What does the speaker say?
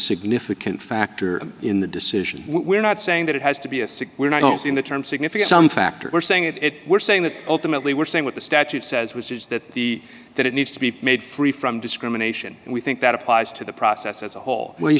significant factor in the decision we're not saying that it has to be a six we're not going to see in the term significant factor we're saying that it we're saying that ultimately we're saying what the statute says which is that the that it needs to be made free from discrimination and we think that applies to the process as a whole when you